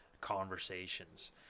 conversations